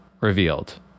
revealed